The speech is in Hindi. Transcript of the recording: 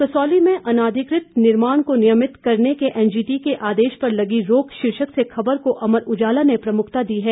कसौली में अनाधिकृत निर्माणों को नियमित करने के एनजीटी के आदेश पर लगी रोक शीर्षक से खबर को अमर उजाला ने प्रमुखता दी है